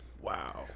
Wow